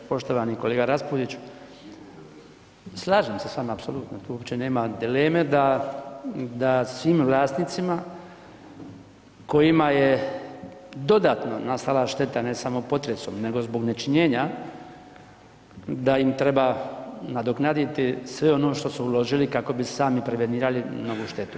Poštovani kolega Raspudić, slažem se s vama apsolutno tu, uopće nema dileme da, da svim vlasnicima kojima je dodatno nastala šteta ne samo potresom nego zbog nečinjenja da im treba nadoknaditi sve ono što su uložili kako bi sami prevenirali novu štetu.